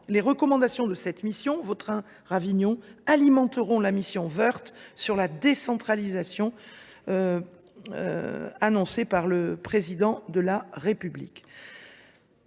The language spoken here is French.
Les recommandations de cette mission alimenteront la réflexion de la mission Woerth sur la décentralisation annoncée par le Président de la République.